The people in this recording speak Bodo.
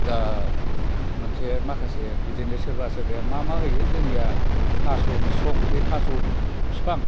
दा मोनसे माखासे बिदिनो सोरबा सोराबाय मा मा होयो जोंनिया थास' बिसं बे थास' बिफां